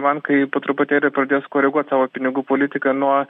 bankai po truputėlį pradės koreguot savo pinigų politiką nuo